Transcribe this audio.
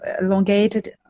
elongated